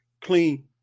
clean